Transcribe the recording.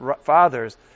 fathers